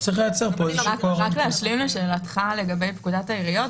רק להשלים לשאלתך לגבי פקודת העיריות,